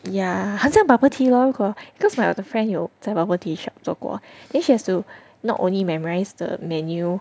yeah 很像 bubble tea lor 如果 because 我的 friend 有在 bubble tea shop 做过 then she has to not only memorise the menu